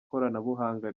koranabuhanga